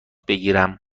بگیرم